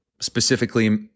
specifically